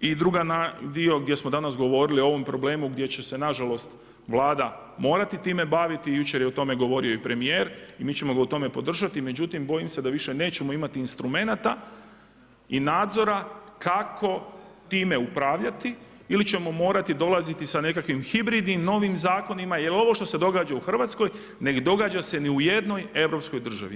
i drugi dio gdje smo danas govorili o ovom problemu gdje će se nažalost Vlada morati time baviti, jučer je o tome govorio o premijer, mi ćemo ga u tome podržati, međutim bojim se da više nećemo imati instrumenata i nadzora kako time upravljati ili ćemo morati dolaziti sa nekakvih hibridnim, novim zakonima jer ovo što se događa u Hrvatskoj ne događa se nijednoj europskoj državi.